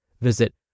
Visit